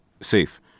safe